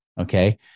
Okay